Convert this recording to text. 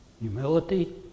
humility